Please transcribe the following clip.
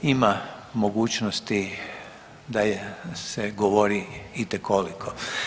Ima mogućnosti da se govori itekoliko.